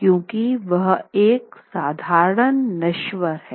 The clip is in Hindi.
क्योंकि वह एक साधारण नश्वर है